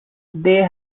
they